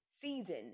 season